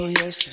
yes